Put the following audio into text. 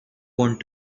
want